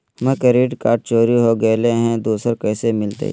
हमर credit card चोरी हो गेलय हई, दुसर कैसे मिलतई?